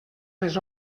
les